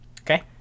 Okay